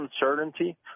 uncertainty